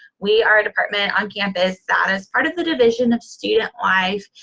we are a department on campus that is part of the division of student life.